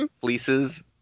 fleeces